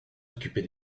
occuper